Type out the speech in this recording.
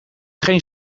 geen